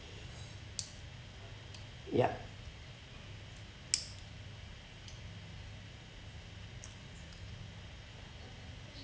yup